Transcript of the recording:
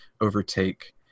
overtake